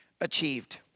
achieved